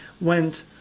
went